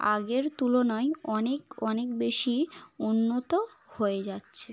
আগের তুলনায় অনেক অনেক বেশি উন্নত হয়ে যাচ্ছে